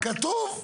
אז כתוב.